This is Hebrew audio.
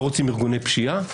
לא רוצים ארגוני פשיעה,